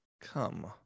come